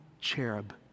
cherub